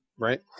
right